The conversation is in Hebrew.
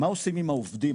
מה עושים עם העובדים,